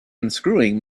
unscrewing